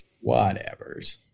Whatever's